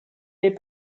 les